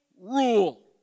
rule